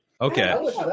Okay